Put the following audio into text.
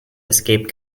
escape